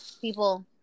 people